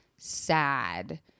sad